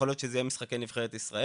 ייתכן שאלו יהיו משחקים של נבחרת ישראל,